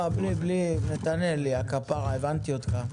לא בלי, נתנאל הבנתי אותך.